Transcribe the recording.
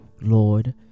Lord